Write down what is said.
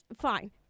fine